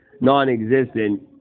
non-existent